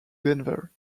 denver